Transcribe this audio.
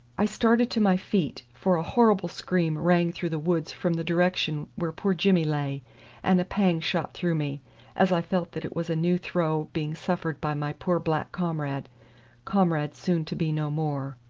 i started to my feet, for a horrible scream rang through the woods from the direction where poor jimmy lay and a pang shot through me as i felt that it was a new throe being suffered by my poor black comrade comrade soon to be no more.